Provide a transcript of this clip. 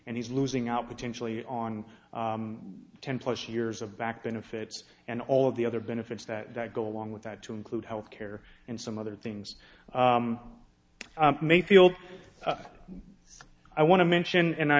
and he's losing out potentially on ten plus years of back benefits and all of the other benefits that go along with that to include health care and some other things mayfield i want to mention and i